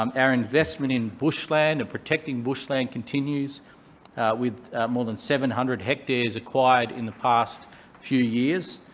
um our investment in bushland and protecting bushland continues with more than seven hundred hectares acquired in the past few years,